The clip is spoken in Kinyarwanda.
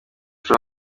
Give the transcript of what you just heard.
joe